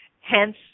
Hence